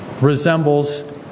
resembles